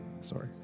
sorry